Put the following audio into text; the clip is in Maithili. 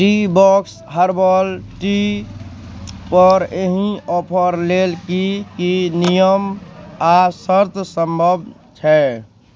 टी बॉक्स हर्बल टीपर एहि ऑफर लेल कि कि नियम आओर शर्त सम्भव छै